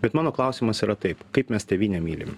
bet mano klausimas yra taip kaip mes tėvynę mylim